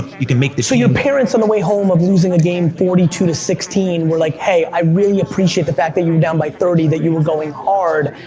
you can make the so your parents on the way home of losing a game forty two to sixteen were like, hey, i really appreciate the fact that you were down by thirty, that you were going hard,